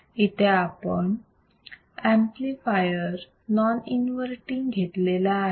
इथे आपण amplifier non inverting घेतलेला आहे